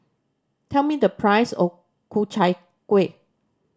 tell me the price of Ku Chai Kueh